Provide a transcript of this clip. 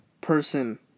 person